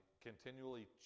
continually